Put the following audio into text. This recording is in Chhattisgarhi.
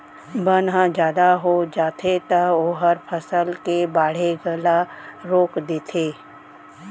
बन ह जादा हो जाथे त ओहर फसल के बाड़गे ल रोक देथे